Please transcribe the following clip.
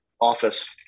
office